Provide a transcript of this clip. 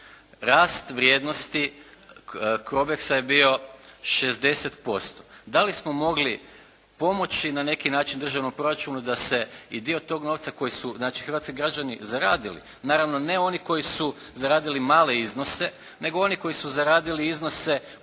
Rast vrijednosti Crobexa je bio 60%. Da li smo mogli pomoći na neki način državnom proračunu da se i dio tog novca koji su znači hrvatski građani zaradili. Naravno ne oni koji su zaradili male iznose nego oni koji su zaradili iznose